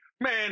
man